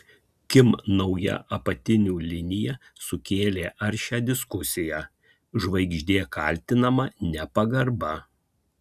kim nauja apatinių linija sukėlė aršią diskusiją žvaigždė kaltinama nepagarba